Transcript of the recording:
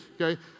okay